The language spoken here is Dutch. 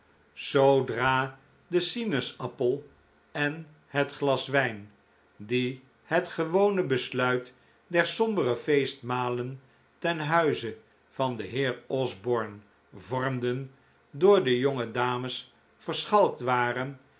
zoodra de sinaasappel en het glas wijn die het gewone besluit der sombere feestmalen ten hitize van den heer osborne vormden door de jonge dames verschalkt waren